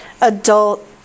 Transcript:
adult